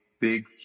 big